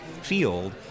field